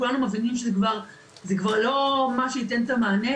כולנו מבינים זה כבר לא מה שייתן את המענה,